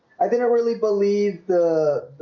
i think i really believed the